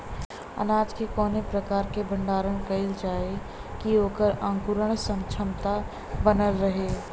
अनाज क कवने प्रकार भण्डारण कइल जाय कि वोकर अंकुरण क्षमता बनल रहे?